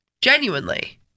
Genuinely